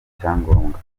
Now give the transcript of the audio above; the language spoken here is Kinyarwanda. icyangombwa